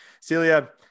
Celia